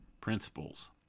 principles